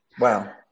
Wow